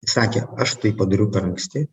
sakė aš tai padariau per anksti